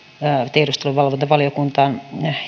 tiedusteluvalvontavaliokuntaan